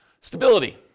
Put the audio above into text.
Stability